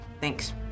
thanks